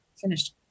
finished